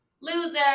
Loser